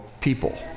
people